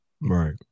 Right